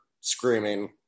screaming